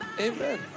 Amen